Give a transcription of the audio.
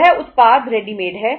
वह उत्पाद रेडीमेड है